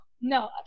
No